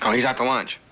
he's out to lunch.